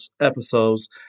episodes